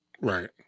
right